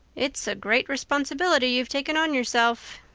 it's a great responsibility you've taken on yourself,